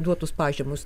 duotus pažymus